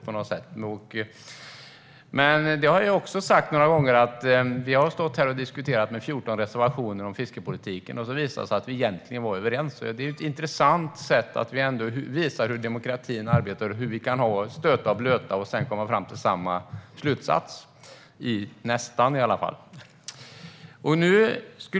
Men vi har stått här och behandlat ärenden om fiskepolitiken som har haft 14 reservationer. Sedan visade det sig att vi egentligen var överens. Det är intressant hur demokratin arbetar och hur vi kan stöta och blöta frågor och sedan komma fram till samma slutsats - i alla fall nästan.